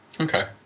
Okay